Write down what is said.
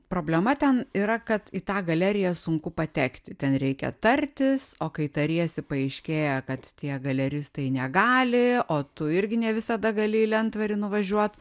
problema ten yra kad į tą galeriją sunku patekti ten reikia tartis o kai tariesi paaiškėja kad tie galeristai negali o tu irgi ne visada gali į lentvarį nuvažiuot